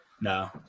No